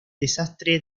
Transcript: desastre